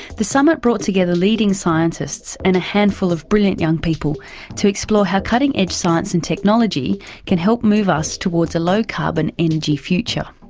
the summit brought together leading scientists and a handful of brilliant young people to explore how cutting edge science and technology can help move us towards a low-carbon energy future.